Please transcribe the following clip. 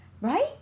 Right